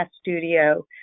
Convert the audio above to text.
studio